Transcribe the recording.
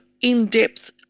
in-depth